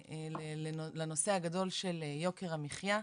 לנושא הגדול של יוקר המחיה,